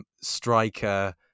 striker